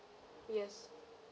yes